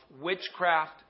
witchcraft